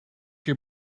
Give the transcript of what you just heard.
your